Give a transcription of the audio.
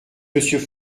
monsieur